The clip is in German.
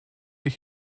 ich